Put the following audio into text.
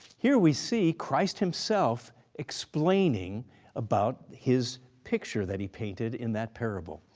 here we see christ himself explaining about his picture that he painted in that parable.